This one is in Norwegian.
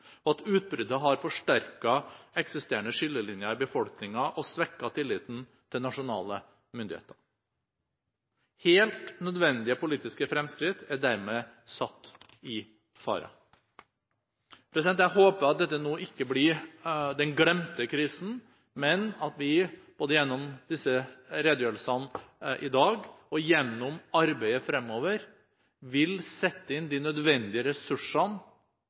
og at utbruddet har forsterket eksisterende skillelinjer i befolkningen og svekket tilliten til nasjonale myndigheter. Helt nødvendige politiske fremskritt er dermed satt i fare. Jeg håper at dette nå ikke blir den glemte krisen, men at vi både gjennom disse redegjørelsene i dag og gjennom arbeidet fremover vil sette inn de nødvendige ressursene